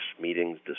meetings